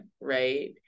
right